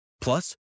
Plus